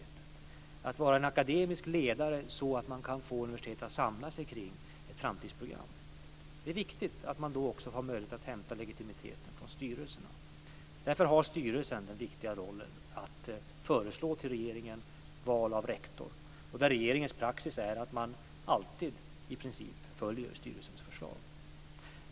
Det är viktigt för en akademisk ledare att kunna hämta legitimitet från styrelsen för att få ett universitet att samla sig kring ett framtidsprogram. Därför har styrelsen den viktiga rollen att föreslå till regeringen val av rektor. Regeringens praxis är att i princip alltid följa styrelsens förslag.